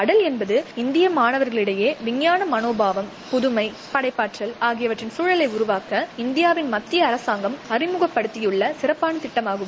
அடல் என்பது இந்திய மாணவர்களிடையே விஞ்ஞான மனோபாவம் புதுமை படைப்பாற்றல் ஆகியவற்றின் சூழலை உருவாக்க இந்தியாவில் மத்திய அரசாங்கம் அறிமுகப்படுத்தியுள்ள சிறப்பாள திட்டமாகும்